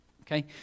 okay